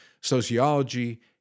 sociology